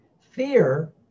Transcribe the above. Fear